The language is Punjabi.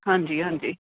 ਹਾਂਜੀ ਹਾਂਜੀ